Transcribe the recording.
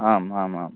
आम् आम् आम्